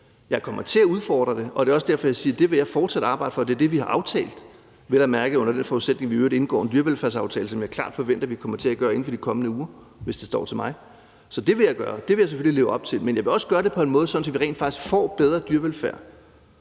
Jeg kommer til at udfordre det, og det er også derfor, jeg siger, at det vil jeg fortsat arbejde for. Det er det, vi har aftalt, vel at mærke under den forudsætning at vi i øvrigt indgår en dyrevelfærdsaftale, som jeg klart forventer at vi kommer til at gøre inden for de kommende uger, hvis det står til mig. Så det vil jeg gøre. Det vil jeg selvfølgelig leve op til. Men jeg vil også gøre det på en måde, så vi rent faktisk får bedre dyrevelfærd,